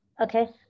Okay